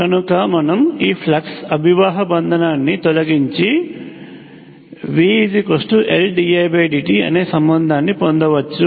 కనుక మనం ఈ ఫ్లక్స్ అభివాహ బంధనాన్ని తొలగించి VLdidt అనే సంబంధాన్ని పొందవచ్చు